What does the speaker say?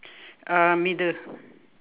uh middle